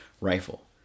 Rifle